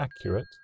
accurate